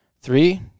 Three